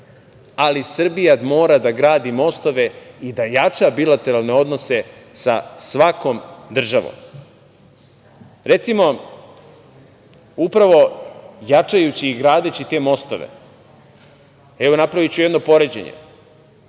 ali Srbija mora da gradi mostove i da jača bilateralne odnose sa svakom državom. Recimo, upravo jačajući i gradeći te mostove, evo, napraviću jedno poređenje